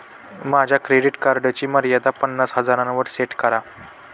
माझ्या क्रेडिट कार्डची मर्यादा पन्नास हजारांवर सेट करा